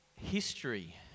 history